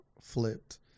flipped